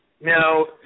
Now